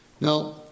Now